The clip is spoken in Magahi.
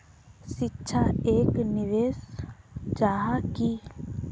शिक्षा एक निवेश जाहा की?